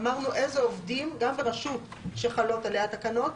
אמרנו אילו עובדים גם ברשות שחלות עליה התקנות,